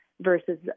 versus